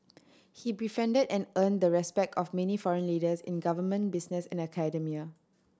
he befriended and earned the respect of many foreign leaders in government business and academia